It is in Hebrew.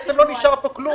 לא נשאר פה כלום,